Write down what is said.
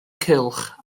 cylch